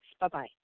Bye-bye